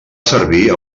servir